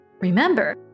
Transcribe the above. Remember